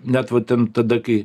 net va ten tada kai